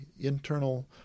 internal